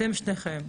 אתם שניכם,